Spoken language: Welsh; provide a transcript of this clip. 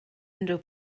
unrhyw